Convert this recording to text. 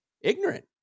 ignorant